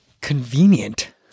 convenient